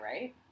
right